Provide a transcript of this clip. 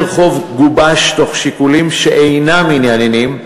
חוב גובש תוך שיקולים שאינם ענייניים,